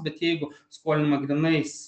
bet jeigu skolinama grynais